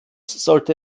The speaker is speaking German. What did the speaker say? sollte